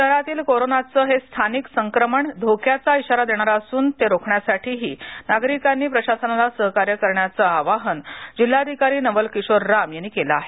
शहरातील कोरोनाच हे स्थानिक संक्रमण धोक्याचा श्राारा देणारं असूनते रोखण्यासाठी नागरिकांनीही प्रशासनाला सहकार्य करण्याचं आवाहन जिल्हाधिकारी नवल किशोर राम यांनी केलं आहे